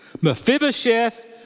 Mephibosheth